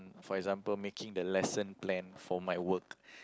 for example making the lesson plan for my work